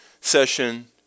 session